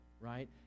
right